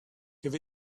give